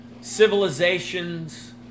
Civilizations